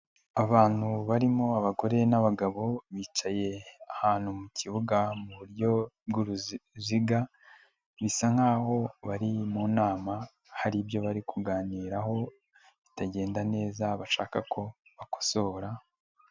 Abantu barimo abagore n'abagabo, bicaye ahantu mu kibuga mu buryo bw'uruziga, bisa nk'aho bari mu nama hari ibyo bari kuganiraho bitagenda neza bashaka ko bakosora.